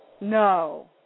No